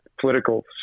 political